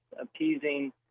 appeasing